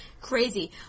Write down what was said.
Crazy